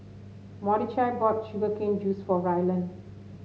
Mordechai bought Sugar Cane Juice for Ryland